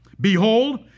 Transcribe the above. Behold